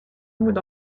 emaout